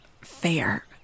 fair